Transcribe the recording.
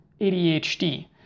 ADHD